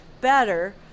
better